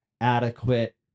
adequate